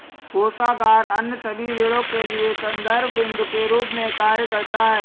कोषागार अन्य सभी ऋणों के लिए संदर्भ बिन्दु के रूप में कार्य करता है